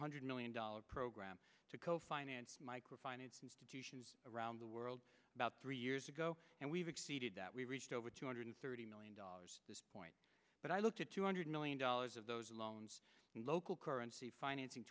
hundred million dollars program to go finance micro finance institutions around the world about three years ago and we've exceeded that we reached over two hundred thirty million dollars this point but i looked at two hundred million dollars of those loans in local currency financing